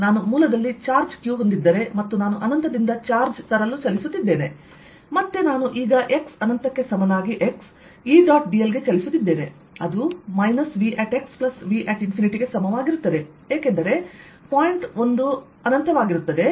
ನಾನು ಮೂಲದಲ್ಲಿ charge q ಹೊಂದಿದ್ದರೆ ಮತ್ತು ನಾನು ಅನಂತದಿಂದ ಚಾರ್ಜ್ ತರಲು ಚಲಿಸುತ್ತಿದ್ದೇನೆ ಮತ್ತೆ ನಾನು ಈಗ x ಅನಂತಕ್ಕೆ ಸಮನಾಗಿ x E ಡಾಟ್ dl ಗೆ ಚಲಿಸುತ್ತಿದ್ದೇನೆ ಅದು -VV∞ಗೆ ಸಮವಾಗಿರುತ್ತದೆ ಏಕೆಂದರೆ ಪಾಯಿಂಟ್ 1 ಅನಂತ ∞ ವಾಗಿರುತ್ತದೆ